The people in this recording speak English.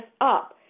up